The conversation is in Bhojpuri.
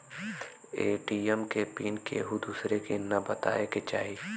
ए.टी.एम के पिन केहू दुसरे के न बताए के चाही